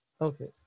Okay